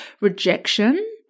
rejection